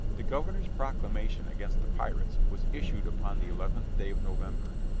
the governor's proclamation against the pirates was issued upon the eleventh day of november.